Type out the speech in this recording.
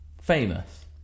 Famous